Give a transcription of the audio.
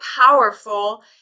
powerful